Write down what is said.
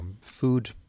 food